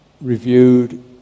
reviewed